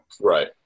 Right